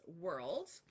world